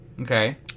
Okay